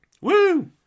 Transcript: Woo